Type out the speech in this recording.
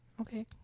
Okay